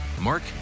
Mark